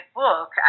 book